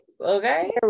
Okay